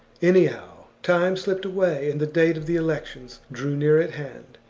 anyhow, time slipped away, and the date of the elections drew near at hand.